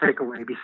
takeaway